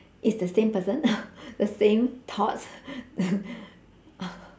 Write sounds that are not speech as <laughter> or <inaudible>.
is the same person <breath> the same thoughts <breath>